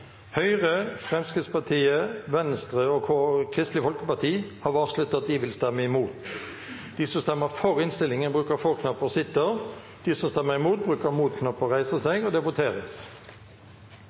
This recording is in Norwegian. Høyre, Fremskrittspartiet, Venstre og Kristelig Folkeparti har varslet at de vil stemme imot. Det voteres over I og